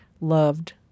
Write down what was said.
loved